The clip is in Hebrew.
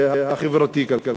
החברתי-כלכלי.